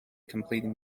completing